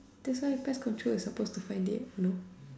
that's why pest control you suppose to find it no